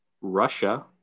Russia